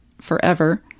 forever